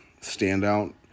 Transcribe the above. standout